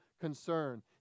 concern